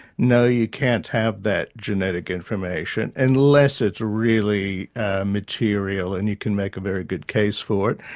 no, you can't have that genetic information unless it's really material and you can make a very good case for it,